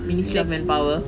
Ministry of Manpower